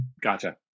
Gotcha